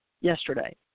yesterday